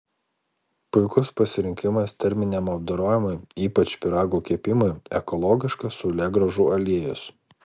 puikus pasirinkimas terminiam apdorojimui ypač pyragų kepimui ekologiškas saulėgrąžų aliejus